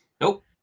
Nope